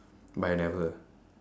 but I never